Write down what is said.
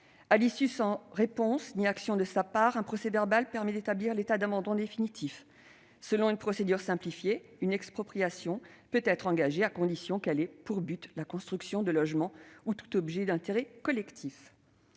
délai, sans réponse ni action de sa part, un procès-verbal permet d'établir l'état d'abandon définitif. Selon une procédure simplifiée, une expropriation peut être engagée, à condition qu'elle ait pour but la construction de logements ou tout objet d'intérêt collectif.